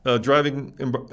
Driving